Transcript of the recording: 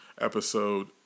episode